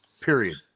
period